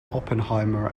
oppenheimer